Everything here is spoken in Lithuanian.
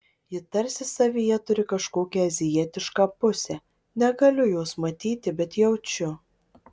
ji tarsi savyje turi kažkokią azijietišką pusę negaliu jos matyti bet jaučiu